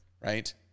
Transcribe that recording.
right